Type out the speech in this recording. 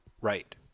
right